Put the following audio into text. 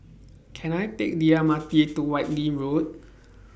Can I Take The M R T to Whitley Road